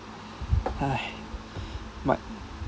but